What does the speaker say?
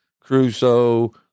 Crusoe